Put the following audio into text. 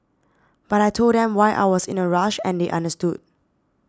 but I told them why I was in a rush and they understood